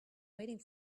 waiting